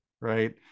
right